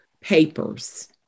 papers